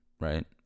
right